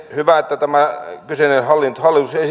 hyvä että tämä kyseinen hallituksen